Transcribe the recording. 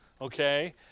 okay